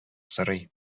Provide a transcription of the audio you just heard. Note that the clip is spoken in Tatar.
сорый